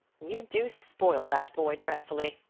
you do spoil that boy dreadfully,